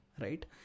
right